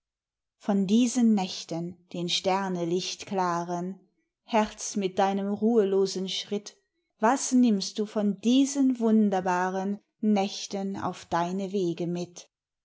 von diesen nächten den sternelichtklaren herz mit deinem ruhlosen schritt was nimmst du von diesen wunderbaren nächten auf deine wege mit